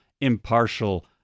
impartial